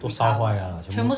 都烧坏了啊 you mean